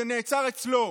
זה נעצר אצלו.